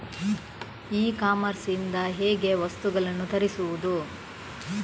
E commerce ಇಂದ ಹೇಗೆ ವಸ್ತುಗಳನ್ನು ತರಿಸುವುದು?